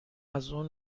ازاون